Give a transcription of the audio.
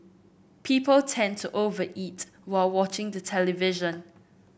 people tend to over eat while watching the television